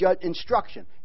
instruction